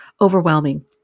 overwhelming